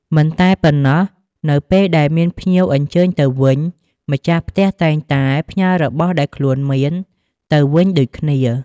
មិនតែប៉ុណ្ណោះ នៅពេលដែលមានភ្ញៀវអញ្ជើញទៅវិញ ម្ទាស់ផ្ទះតែងតែផ្ញើរបស់ដែរខ្លួនមានទៅវិញដូចគ្នា ។